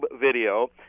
video